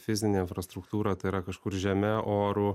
fizine infrastruktūra tai yra kažkur žeme oru